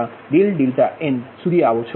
Q2np અને Q3V2p Q3V3p Q3Vnp બનાવી શકો છો